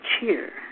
cheer